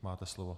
Máte slovo.